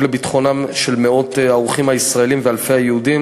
לביטחונם של האורחים הישראלים ואלפי היהודים,